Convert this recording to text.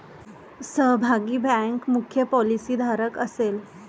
सहभागी बँक मुख्य पॉलिसीधारक असेल